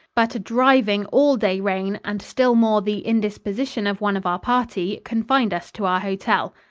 but a driving, all-day rain and, still more, the indisposition of one of our party, confined us to our hotel.